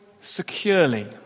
securely